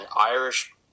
irish